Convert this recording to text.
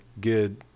good